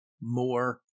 more